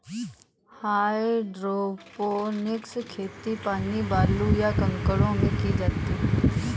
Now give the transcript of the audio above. hydroponics खेती पानी, बालू, या कंकड़ों में की जाती है